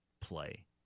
play